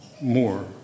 more